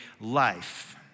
life